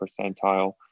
percentile